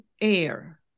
air